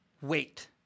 wait